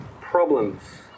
problems